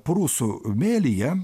prūsų mėlyje